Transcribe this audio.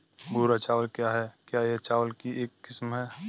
भूरा चावल क्या है? क्या यह चावल की एक किस्म है?